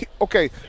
okay